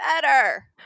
better